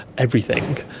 everything.